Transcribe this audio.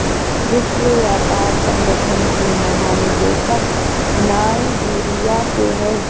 विश्व व्यापार संगठन की महानिदेशक नाइजीरिया से है